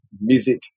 music